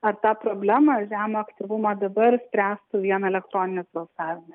ar tą problemą žemo aktyvumo dabar spręstų vien elektroninis balsavimas